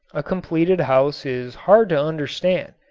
a completed house is hard to understand,